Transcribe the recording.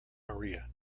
maria